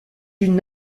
une